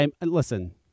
Listen